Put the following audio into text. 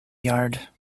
yard